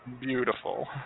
Beautiful